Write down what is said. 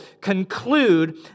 conclude